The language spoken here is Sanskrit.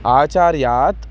आचार्यात्